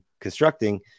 constructing